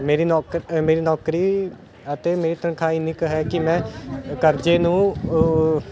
ਮੇਰੀ ਨੌਕਰੀ ਮੇਰੀ ਨੌਕਰੀ ਅਤੇ ਮੇਰੀ ਤਨਖਾਹ ਇੰਨੀ ਕੁ ਹੈ ਕਿ ਮੈਂ ਕਰਜ਼ੇ ਨੂੰ